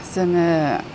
जोङो